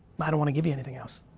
i don't want to give you anything else.